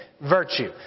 virtue